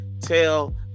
tell